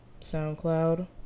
SoundCloud